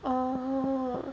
oh